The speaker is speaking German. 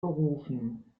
berufen